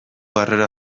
harrera